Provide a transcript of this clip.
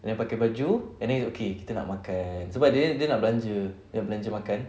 and then pakai baju and then okay kita nak makan sebab dia nak belanja dia nak belanja makan